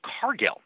Cargill